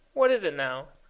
what is it now?